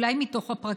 אולי מתוך הפרקליטות,